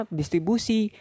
distribusi